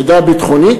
מידע ביטחוני,